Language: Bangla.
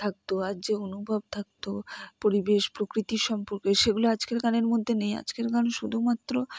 থাকতো আর যে অনুভব থাকতো পরিবেশ প্রকৃতি সম্পর্কে সেগুলো আজকাল গানের মধ্যে নেই আজকাল গান শুধুমাত্র